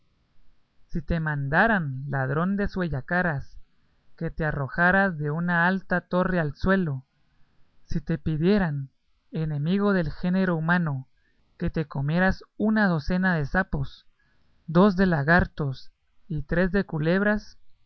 si te mandaran ladrón desuellacaras que te arrojaras de una alta torre al suelo si te pidieran enemigo del género humano que te comieras una docena de sapos dos de lagartos y tres de culebras